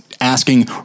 asking